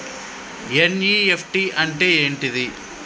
NEFT అంటే ఏంటిది?